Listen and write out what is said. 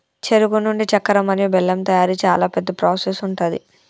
చెరుకు నుండి చెక్కర మరియు బెల్లం తయారీ చాలా పెద్ద ప్రాసెస్ ఉంటది